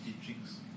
teachings